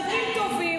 חוקים טובים,